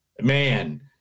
man